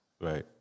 Right